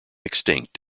extinct